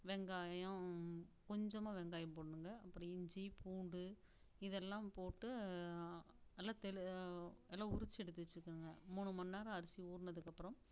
வெங்காயம் கொஞ்சமாக வெங்காயம் போடணுங்க அப்புறம் இஞ்சி பூண்டு இதெல்லாம் போட்டு நல்லா தெளி நல்லா உரித்து எடுத்து வச்சுக்கோங்க மூணு மணி நேரம் அரிசி ஊறினதுக்கு அப்புறம்